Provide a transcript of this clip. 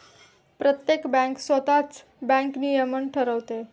प्रत्येक बँक स्वतःच बँक नियमन ठरवते